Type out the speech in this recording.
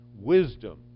Wisdom